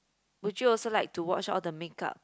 would you also like to watch all the makeup